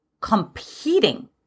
competing